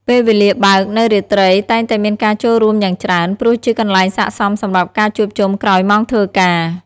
ពេលវេលាបើក នៅរាត្រី តែងតែមានការចូលរួមយ៉ាងច្រើន ព្រោះជាកន្លែងសាកសមសម្រាប់ការជួបជុំក្រោយម៉ោងធ្វើការ។